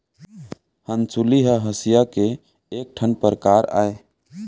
हँसुली ह हँसिया के एक ठन परकार अय